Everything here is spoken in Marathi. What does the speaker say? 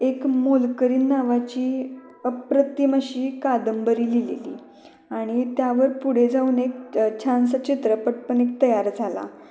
एक मोलकरीण नावाची अप्रतिम अशी कादंबरी लिहिलेली आणि त्यावर पुढे जाऊन एक छानसा चित्रपट पण एक तयार झाला